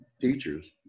Teachers